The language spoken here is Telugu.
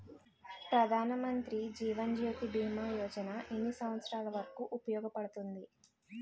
ప్రధాన్ మంత్రి జీవన్ జ్యోతి భీమా యోజన ఎన్ని సంవత్సారాలు వరకు ఉపయోగపడుతుంది?